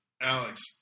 Alex